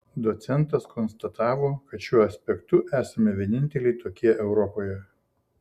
docentas konstatavo kad šiuo aspektu esame vieninteliai tokie europoje